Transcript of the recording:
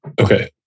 Okay